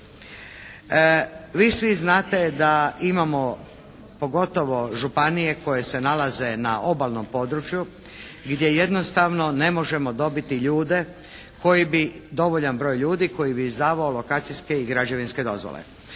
Vi svi znate da imamo pogotovo županije koje se nalaze na obalnom području gdje jednostavno ne možemo dobiti ljude, dovoljan broj ljudi koji bi izdavao lokacijske i građevinske dozvole.